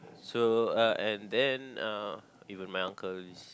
so uh and then uh even my uncle is